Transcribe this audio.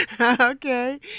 Okay